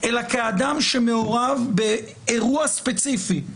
אלא כאדם שמעורב באירוע ספציפי.